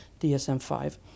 DSM-5